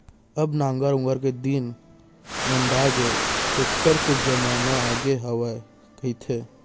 अब नांगर ऊंगर के दिन नंदागे, टेक्टर के जमाना आगे हवय कहिथें